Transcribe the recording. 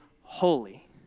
holy